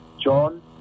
John